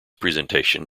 presentation